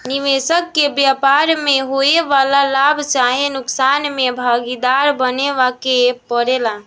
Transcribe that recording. निबेसक के व्यापार में होए वाला लाभ चाहे नुकसान में भागीदार बने के परेला